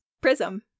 Prism